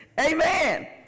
Amen